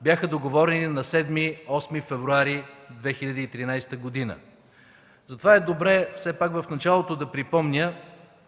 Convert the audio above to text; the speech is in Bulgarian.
бяха договорени на 7-8 февруари 2013 г. Затова е добре все пак в началото да припомня